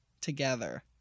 together